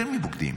יותר מבוגדים,